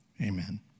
amen